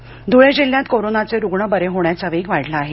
corona Dhule जिल्ह्यात कोरोनाचे रुग्ण बरे होण्याचा वेग वाढला आहे